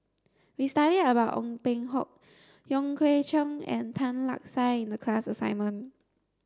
we studied about Ong Peng Hock Wong Kwei Cheong and Tan Lark Sye in the class assignment